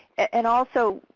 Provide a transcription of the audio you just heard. and also,